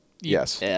Yes